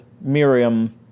Miriam